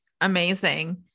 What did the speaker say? amazing